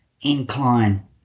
incline